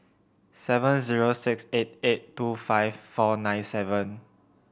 seven zero six eight eight two five four nine seven